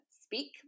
speak